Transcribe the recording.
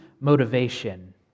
motivation